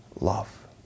love